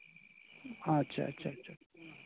ᱟᱪᱪᱷᱟ ᱟᱪᱪᱷᱟ ᱟᱪᱪᱷᱟ